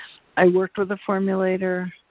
i worked with a formulator,